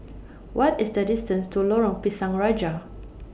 What IS The distance to Lorong Pisang Raja